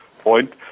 point